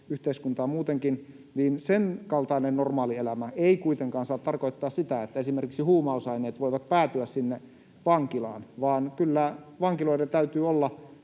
yhteiskuntaa muutenkin, niin sen kaltainen normaalielämä ei kuitenkaan saa tarkoittaa sitä, että esimerkiksi huumausaineet voivat päätyä sinne vankilaan, vaan kyllä vankiloiden täytyy olla